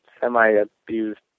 semi-abused